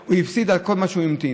הוא הפסיד את כל מה שהוא המתין.